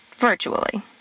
Virtually